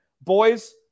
boys